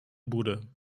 bude